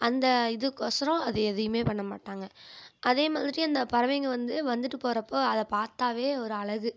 அந்த இதுக்கு ஒசரம் அது எதைவுமே பண்ணமாட்டாங்க அதே மாதிரி அந்த பறவைங்க வந்து வந்துவிட்டு போறப்போ அதை பார்த்தாவே ஒரு அழகு